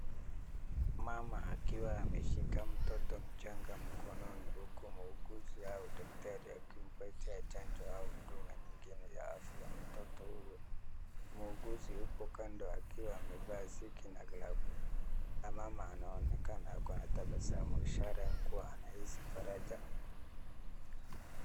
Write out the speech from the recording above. Mama akiwa ameshika mtoto mchanga mkononi huku muuguzi au daktari akimpa chanjo au huduma nyingine ya afya mtoto huyu. Muuguzi hapo kando akiwa amevaa maski na glavu na mama anaonekana ako na tabasamu, ishara ya kuwa anahisi faraja.